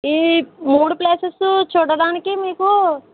ఈ మూడు ప్లేసెస్సు చూడడానికి మీకు